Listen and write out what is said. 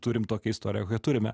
turim tokią istoriją kokią turime